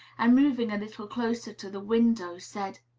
and, moving a little closer to the window, said,